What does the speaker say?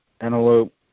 antelope